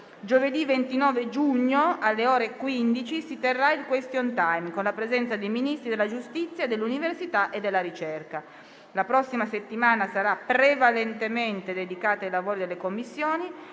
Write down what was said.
Giovedì 29 giugno, alle ore 15, si terrà il *question time* con la presenza dei Ministri della giustizia e dell'università e della ricerca. La prossima settimana sarà prevalentemente dedicata ai lavori delle Commissioni.